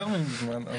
יותר ממוזמן.